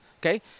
Okay